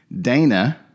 Dana